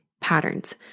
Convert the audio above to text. patterns